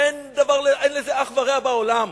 אין לזה אח ורע בעולם,